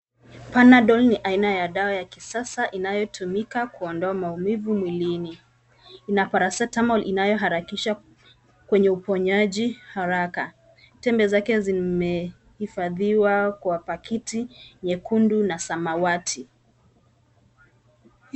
panadol ni ya aina ya dawa ya kisasa yanayotumika kuondoa maumivi mwilini. ina paracetamol inayotumika kwenye uponyaji haraka. tembe zake zimeifadhiwa kwa pakiti nyekundu na samawati.